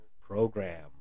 program